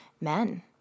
men